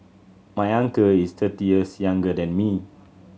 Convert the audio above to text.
my uncle is thirty years younger than me